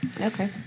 Okay